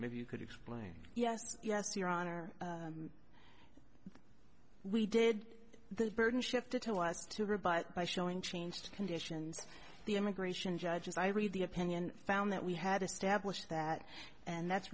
maybe you could explain yes yes your honor we did the burden shifted to us to rebut by showing changed conditions the immigration judge as i read the opinion found that we had established that and that's